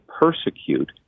persecute